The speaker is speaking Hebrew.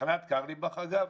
תחנת קרליבך, אגב,